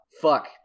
fuck